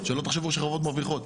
שלא תחשבו שחברות מרוויחות.